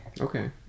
Okay